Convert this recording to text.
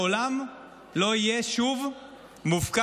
לעולם לא יהיה שוב מופקד